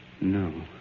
No